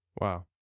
Wow